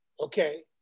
Okay